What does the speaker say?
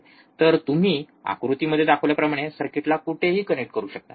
तर तुम्ही आकृतीमध्ये दाखवल्याप्रमाणे सर्किटला कुठेही कनेक्ट करू शकता